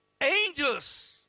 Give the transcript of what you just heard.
angels